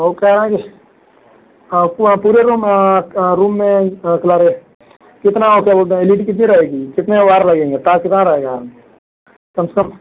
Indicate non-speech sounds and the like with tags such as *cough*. वह कह रहे हैं कि आपको हाँ पूरे रूम रूम में *unintelligible* कितना वह क्या बोलते हैं एल ई डी कितनी रहेगी कितने वायर लगेंगे तार कितना रहेगा कम से कम